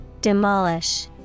Demolish